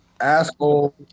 asshole